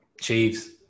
Chiefs